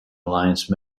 alliance